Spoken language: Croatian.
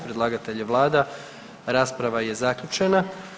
Predlagatelj je vlada, rasprava je zaključena.